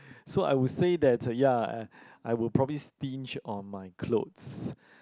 so I would say that ya I would probably stinge on my clothes